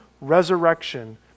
resurrection